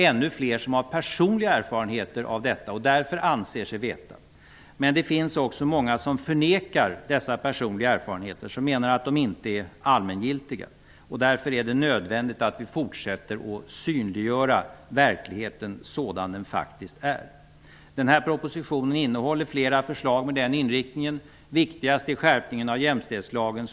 Ännu fler har personliga erfarenheter av detta och anser sig därför ha kunskap om det, men det finns många som förnekar dessa personliga erfarenheter och menar att de inte är allmängiltiga. Därför är det nödvändigt att vi fortsätter att synliggöra verkligheten sådan som den faktiskt är. Den här propositionen innehåller flera förslag med den inriktningen. Viktigast är skärpningen av jämställdhetslagen.